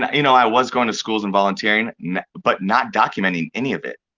and you know i was goin' to school and volunteering but not documenting any of it,